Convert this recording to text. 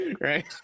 right